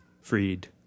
Freed